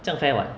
这样 fair [what]